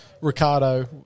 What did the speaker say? Ricardo